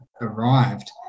arrived